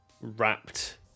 wrapped